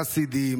חסידים,